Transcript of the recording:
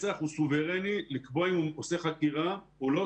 מצ"ח הוא סוברני לקבוע אם הוא עושה חקירה או לא.